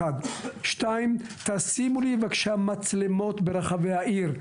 דבר שני, תשימו לי מצלמות ברחבי העיר.